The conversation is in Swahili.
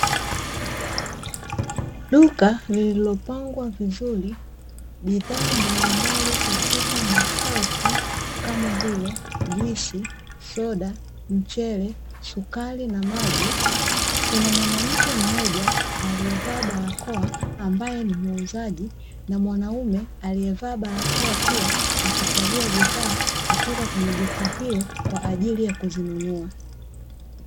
Duka lililopangwa vizuri bidhaa mbalimbali katika rafu kama vile juisi, soda, mchele, sukari na maji kuna mwanamke mmoja alievaa barakoa ambae nimuuzaji na mwanaume alievaa barakoa pia akichagua bidhaa kutoka kwenye duka hilo kwaajili ya kuzinunua.